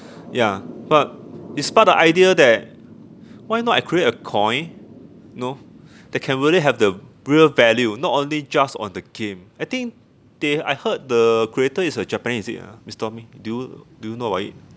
ya but it spark the idea that why not I create a coin know that can really have the real value not only just on the game I think they I heard the creator is a japanese is it ah mister tommy do you do you know about it